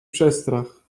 przestrach